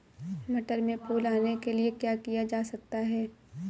मटर में फूल आने के लिए क्या किया जा सकता है?